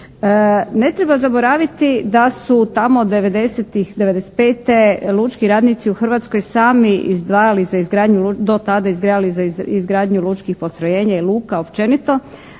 Ne treba zaboraviti da su tamo 90-tih, 95. lučki radnici u Hrvatskoj sami izdvajali za izgradnju, do tada izdvajali za izgradnju lučkih postrojenja i luka općenito